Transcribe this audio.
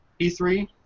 E3